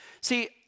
See